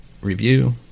review